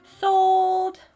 Sold